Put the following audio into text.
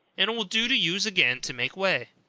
and it will do to use again to make whey.